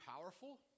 powerful